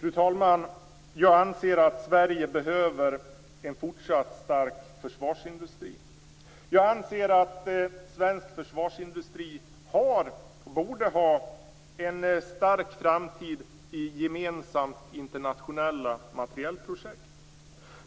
Fru talman! Jag anser att Sverige behöver en fortsatt stark försvarsindustri. Jag anser att svensk försvarsindustri har och borde ha en stark framtid i gemensamma internationella materielprojekt.